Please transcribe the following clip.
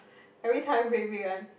everytime red red one